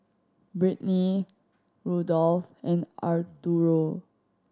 Britany Rudolf and Arturo